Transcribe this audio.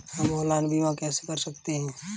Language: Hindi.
हम ऑनलाइन बीमा कैसे कर सकते हैं?